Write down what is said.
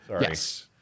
Yes